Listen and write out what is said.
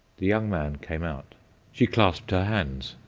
the young man came out she clasped her hands,